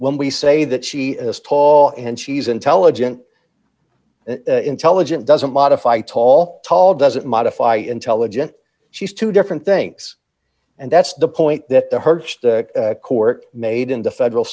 when we say that she is tall and she's intelligent intelligent doesn't modify tall tall doesn't modify intelligent she's two different thinks and that's the point that the court made in the federal